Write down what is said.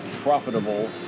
profitable